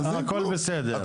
הכול בסדר.